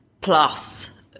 plus